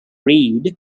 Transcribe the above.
reid